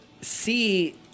see